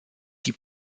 die